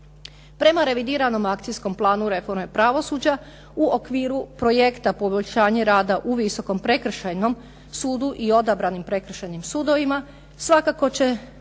Prema revidiranom akcijskom planu reforme pravosuđa u okviru projekta Poboljšanje rada u Visokom prekršajnom sudu i odabranim prekršajnim sudovima, svakako će